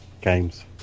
Games